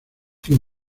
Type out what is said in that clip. tío